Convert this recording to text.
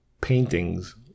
paintings